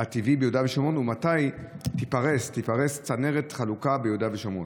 הטבעי ביהודה ושומרון ומתי תיפרס צנרת חלוקה ביהודה ושומרון?